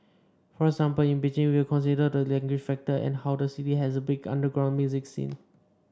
for example in Beijing we will consider the language factor and how the city has a big underground music scene